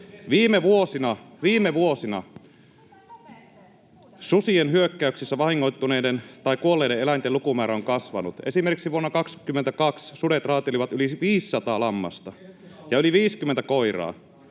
Viime vuosina susien hyökkäyksissä vahingoittuneiden tai kuolleiden eläinten lukumäärä on kasvanut. Esimerkiksi vuonna 22 sudet raatelivat yli 500 lammasta [Välihuuto